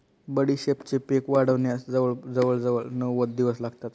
बडीशेपेचे पीक वाढण्यास जवळजवळ नव्वद दिवस लागतात